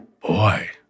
boy